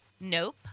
Nope